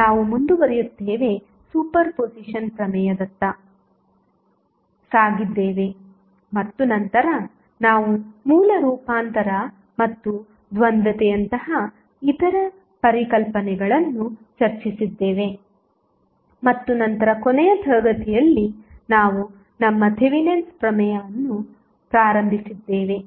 ನಾವು ಮುಂದುವರಿಯುತ್ತೇವೆ ಸೂಪರ್ಪೋಸಿಷನ್ ಪ್ರಮೇಯದತ್ತ ಸಾಗಿದ್ದೇವೆ ಮತ್ತು ನಂತರ ನಾವು ಮೂಲ ರೂಪಾಂತರ ಮತ್ತು ದ್ವಂದ್ವತೆಯಂತಹ ಇತರ ಪರಿಕಲ್ಪನೆಗಳನ್ನು ಚರ್ಚಿಸಿದ್ದೇವೆ ಮತ್ತು ನಂತರ ಕೊನೆಯ ತರಗತಿಯಲ್ಲಿ ನಾವು ನಮ್ಮ ಥೆವೆನಿನ್ಸ್ ಪ್ರಮೇಯ ಅನ್ನು ಪ್ರಾರಂಭಿಸಿದ್ದೇವೆ